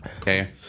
Okay